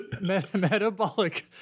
Metabolic